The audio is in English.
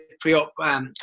pre-op